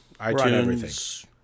iTunes